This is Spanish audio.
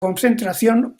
concentración